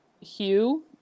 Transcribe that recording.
Hugh